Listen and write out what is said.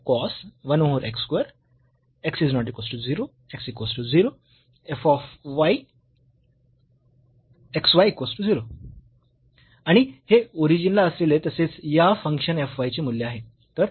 आणि हे ओरिजिन ला असलेले तसेच या फंक्शन f y चे मूल्य आहे